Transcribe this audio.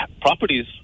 properties